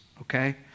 okay